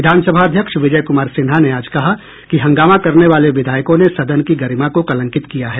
विधानसभा अध्यक्ष विजय कुमार सिन्हा ने आज कहा कि हंगामा करने वाले विधायकों ने सदन की गरिमा को कलंकित किया है